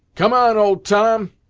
come on, old tom,